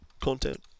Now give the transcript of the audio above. content